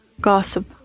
gossip